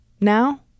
Now